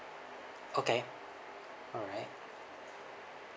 okay alright